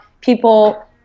people